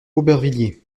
aubervilliers